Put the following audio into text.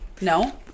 No